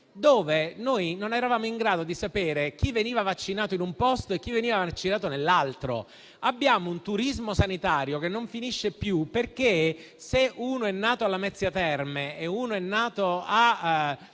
in cui non eravamo in grado di sapere chi veniva vaccinato in un posto e chi in un altro; abbiamo un turismo sanitario che non finisce più, perché se uno è nato a Lamezia Terme e uno a Meda,